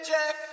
Jeff